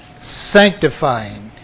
Sanctifying